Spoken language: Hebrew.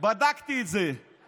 בבקשה, שלוש דקות לרשותך.